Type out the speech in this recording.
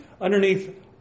underneath